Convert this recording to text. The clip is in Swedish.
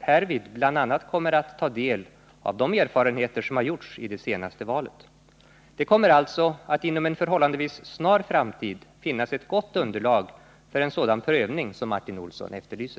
härvid bl.a. kommer att ta del av de erfarenheter som har gjorts i det senaste valet. Det kommer alltså att inom en förhållandevis snar framtid finnas ett gott underlag för en sådan prövning som Martin Olsson efterlyser.